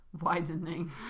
widening